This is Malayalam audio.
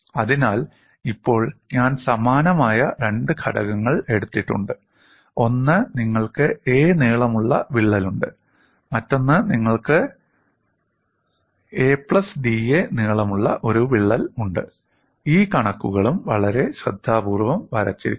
അതിനാൽ ഇപ്പോൾ ഞാൻ സമാനമായ രണ്ട് ഘടകങ്ങൾ എടുത്തിട്ടുണ്ട് ഒന്ന് നിങ്ങൾക്ക് 'a' നീളമുള്ള വിള്ളലുണ്ട് മറ്റൊന്ന് നിങ്ങൾക്ക് നീളമുള്ള ഒരു 'a പ്ലസ് da' വിള്ളൽ ഉണ്ട് ഈ കണക്കുകളും വളരെ ശ്രദ്ധാപൂർവ്വം വരച്ചിരിക്കുന്നു